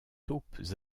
taupes